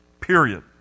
Period